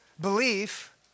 belief